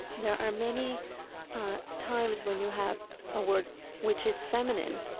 there are many times when you have a word which is feminine,